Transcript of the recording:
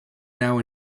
now